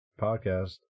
podcast